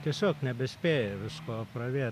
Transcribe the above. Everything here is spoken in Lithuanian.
tiesiog nebespėja visko apravėt